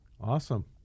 Awesome